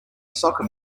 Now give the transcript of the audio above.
soccer